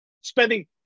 spending